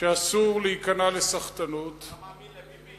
שאסור להיכנע לסחטנות, אתה מאמין לביבי?